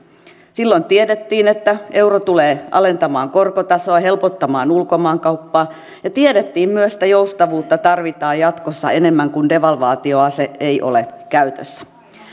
silloin tiedettiin että euro tulee alentamaan korkotasoa helpottamaan ulkomaankauppaa ja tiedettiin myös että joustavuutta tarvitaan jatkossa enemmän kun devalvaatioase ei ole käytössä